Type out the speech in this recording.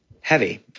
heavy